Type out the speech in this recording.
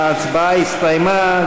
ההצבעה הסתיימה.